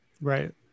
Right